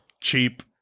Cheap